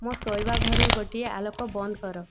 ମୋ ଶୋଇବା ଘରେ ଗୋଟିଏ ଆଲୋକ ବନ୍ଦ କର